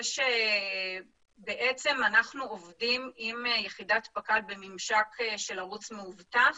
אנחנו עובדים עם יחידת פקד בממשק של ערוץ מאובטח.